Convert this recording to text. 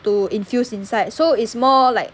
to infuse inside so is more like